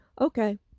Okay